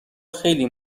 خیلی